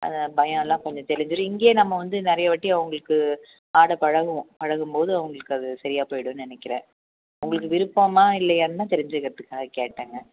பயம்லாம் கொஞ்சம் தெளிஞ்சிடும் இங்கேயே நம்ம வந்து நிறைய வாட்டி அவங்களுக்கு பாடப் பழகுவோம் பழகும் போது அவங்களுக்கு அது சரியாக போயிவிடுன்னு நினைக்கிறேன் உங்களுக்கு விருப்பமாக இல்லையான்னு தான் தெரிஞ்சிக்கிறதுக்காக கேட்டேங்க